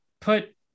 put